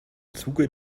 zuge